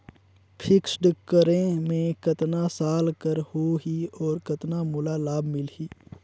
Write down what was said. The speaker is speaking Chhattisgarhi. फिक्स्ड करे मे कतना साल कर हो ही और कतना मोला लाभ मिल ही?